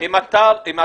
יחיא (הרשימה המשותפת): הצו הוא לא עליכם.